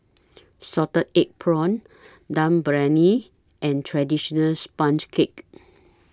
Salted Egg Prawns Dum Briyani and Traditional Sponge Cake